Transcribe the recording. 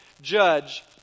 judge